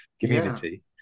community